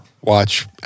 Watch